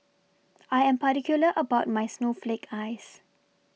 I Am particular about My Snowflake Ice